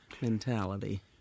mentality